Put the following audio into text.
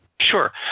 Sure